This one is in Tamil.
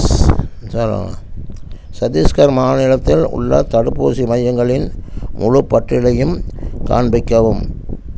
சட்டீஸ்கர் மாநிலத்தில் உள்ள தடுப்பூசி மையங்களின் முழுப் பட்டியலையும் காண்பிக்கவும்